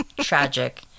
tragic